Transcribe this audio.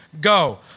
Go